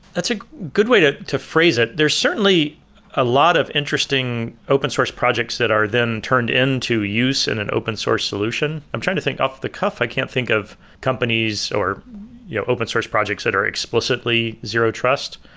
that's a good way to to phrase it. there's certainly a lot of interesting open source projects that are then turned into use in an open source solution. i'm trying to think off the cuff. i can't think of companies, or yeah open source projects that are explicitly zero-trust.